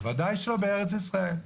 בוודאי שלא בארץ ישראל.